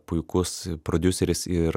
puikus prodiuseris ir